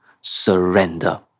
surrender